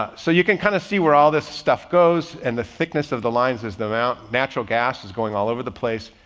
so you can kind of see where all this stuff goes and the thickness of the lines is, the amount of natural gas is going all over the place.